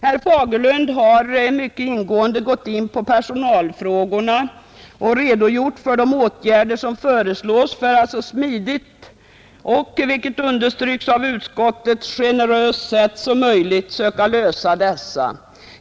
Herr Fagerlund har mycket ingående behandlat personalfrågorna och redovisat de åtgärder som föreslås för att så smidigt som möjligt och — vilket understryks av utskottet — på ett så generöst sätt som möjligt söka lösa dessa.